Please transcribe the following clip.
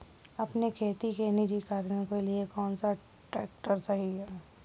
अपने खेती के निजी कार्यों के लिए कौन सा ट्रैक्टर सही है?